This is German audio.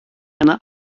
eine